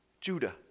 Judah